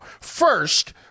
First